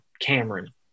Cameron